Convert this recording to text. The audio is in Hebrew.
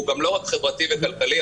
חברתי וכלכלי,